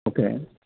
okay